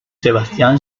sebastian